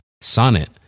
Sonnet